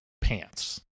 pants